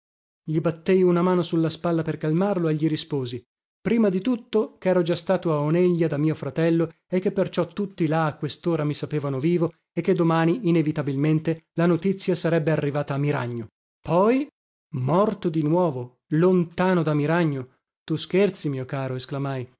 gli battei una mano su la spalla per calmarlo e gli risposi prima di tutto chero già stato a oneglia da mio fratello e che perciò tutti là a questora mi sapevano vivo e che domani inevitabilmente la notizia sarebbe arrivata a miragno poi morto di nuovo lontano da miragno tu scherzi mio caro esclamai